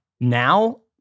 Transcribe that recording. Now